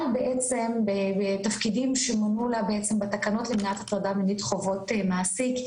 בעצם בתפקידים שמונו לה בעצם בתקנות למניעת הטרדה מינית חובות מעסיק,